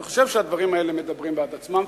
אני חושב שהדברים האלה מדברים בעד עצמם.